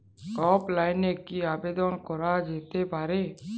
অফলাইনে কি আবেদন করা যেতে পারে?